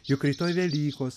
juk rytoj velykos